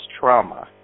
trauma